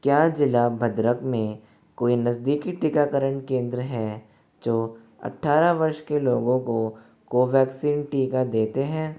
क्या जिला भद्रक में कोई नज़दीकी टीकाकरण केंद्र हैं जो अठारह वर्ष के लोगों को कोवैक्सीन टीका देते हैं